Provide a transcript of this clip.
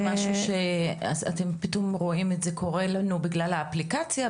זה משהו שאתם פתאום רואים את זה קורה לנו בגלל האפליקציה?